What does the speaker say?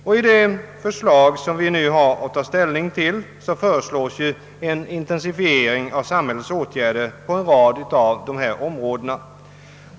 I den proposition som vi nu har att ta ställning till föreslås en intensifiering av samhällets åtgärder på en rad av dessa områden.